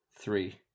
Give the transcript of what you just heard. three